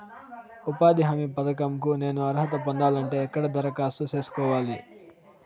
ఉపాధి హామీ పథకం కు నేను అర్హత పొందాలంటే ఎక్కడ దరఖాస్తు సేసుకోవాలి?